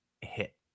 hit